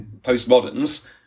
postmoderns